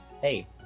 hey